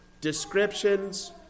descriptions